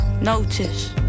Notice